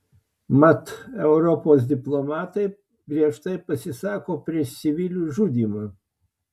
mat europos diplomatai griežtai pasisako prieš civilių žudymą